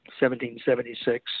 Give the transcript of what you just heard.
1776